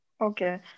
Okay